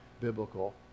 biblical